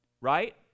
right